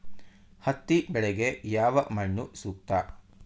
ಹತ್ತಿ ಬೆಳೆಗೆ ಯಾವ ಮಣ್ಣು ಸೂಕ್ತ?